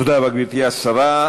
תודה רבה, גברתי השרה.